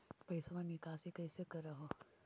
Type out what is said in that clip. पैसवा निकासी कैसे कर हो?